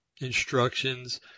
instructions